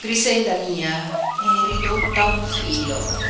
grixenda mia è ridotta a un filo